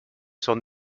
son